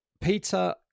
Peter